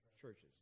churches